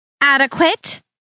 adequate